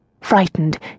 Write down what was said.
Frightened